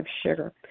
sugar